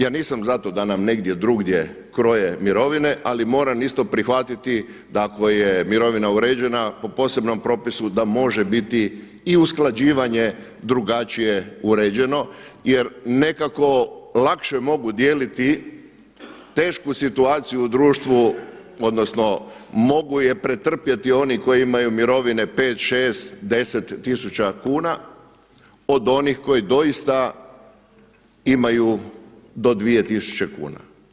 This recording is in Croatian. Ja nisam za to da nam negdje drugdje kroje mirovine, ali moram isto prihvatiti da ako je mirovina uređena po posebnom propisu da može biti i usklađivanje drugačije uređeno, jer nekako lakše mogu dijeliti tešku situaciju u društvu odnosno mogu je pretrpjeti oni koji imaju mirovine 5, 6, 10 tisuća kuna od onih koji doista imaju do 2 tisuće kuna.